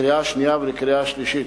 לקריאה שנייה ולקריאה שלישית.